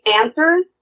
answers